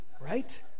Right